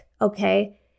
okay